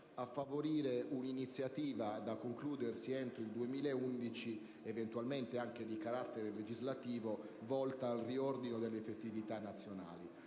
a favorire una iniziativa da concludersi entro il 2011, eventualmente anche di carattere legislativo, volta al riordino delle festività nazionali